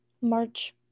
March